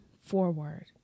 forward